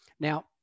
Now